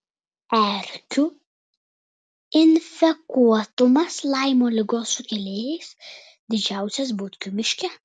erkių infekuotumas laimo ligos sukėlėjais didžiausias butkių miške